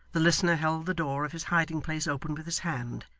the listener held the door of his hiding-place open with his hand,